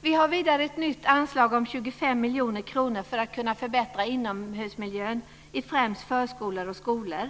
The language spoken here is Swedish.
Vi har vidare ett nytt anslag om 25 miljoner kronor för att kunna förbättra inomhusmiljön i främst förskolor och skolor.